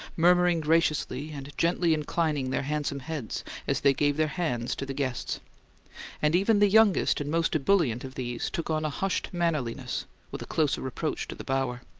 murmuring graciously and gently inclining their handsome heads as they gave their hands to the guests and even the youngest and most ebullient of these took on a hushed mannerliness with a closer approach to the bower.